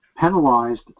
penalized